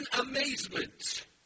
amazement